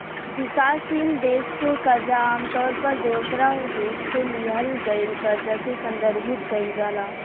विकासशील देश के कर्जा आमतौर पर दोसरा देश से लिहल गईल कर्जा से संदर्भित कईल जाला